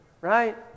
right